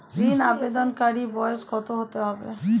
ঋন আবেদনকারী বয়স কত হতে হবে?